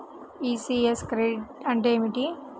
ECS credit అంటే ఏమిటి?